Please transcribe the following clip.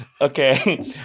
Okay